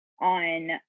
On